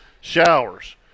showers